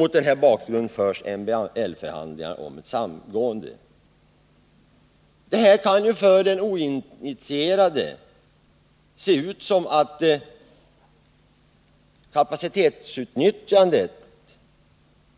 Mot denna bakgrund förs MBL-förhandlingar om ett samgående.” För den oinitierade kan det se ut som om kapacitetsutnyttjandet